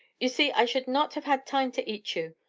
you see i should not have had time to eat you.